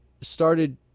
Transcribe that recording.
started